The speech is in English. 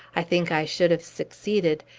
i think i should have succeeded,